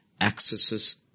accesses